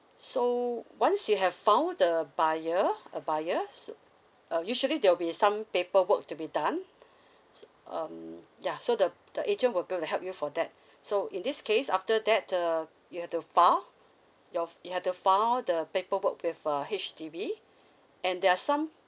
so once you have found the buyer a buyer so uh usually there will be some paperwork to be done s~ um ya so the the agent will gonna help you for that so in this case after that uh you have to file your you have to file the paperwork with uh H_D_B and there are some